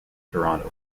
toronto